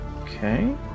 Okay